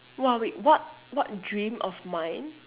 !wah! wait what what dream of mine